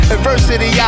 Adversity